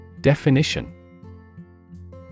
Definition